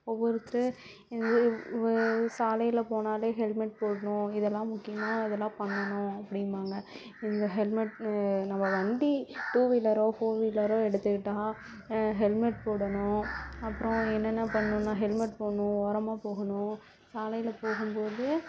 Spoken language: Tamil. ஒவ்வொருத்தர் இது வு சாலையில் போனாலே ஹெல்மெட் போடணும் இதெல்லாம் முக்கியமாக இதெல்லாம் பண்ணனும் அப்படின்பாங்க இந்த ஹெல்மெட் நம்ம வண்டி டூ வீலரோ ஃபோர் வீலரோ எடுத்துக்கிட்டால் ஹெல்மெட் போடணும் அப்புறம் என்னென்ன பண்ணணும்னா ஹெல்மெட் போடணும் ஓரமாக போகணும் சாலையில் போகும்போது